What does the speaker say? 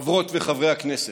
חברות וחברי הכנסת,